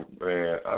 man